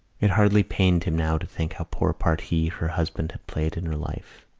it hardly pained him now to think how poor a part he, her husband, had played in her life.